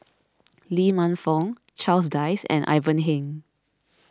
Lee Man Fong Charles Dyce and Ivan Heng